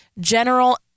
general